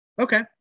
Okay